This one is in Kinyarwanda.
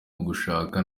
ugushaka